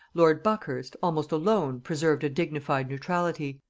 lord buckhurst, almost alone, preserved a dignified neutrality,